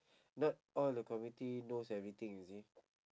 not all the community knows everything you see